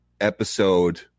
episode